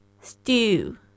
stew